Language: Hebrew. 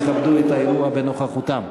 יכבדו את האירוע בנוכחותם.